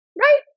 Right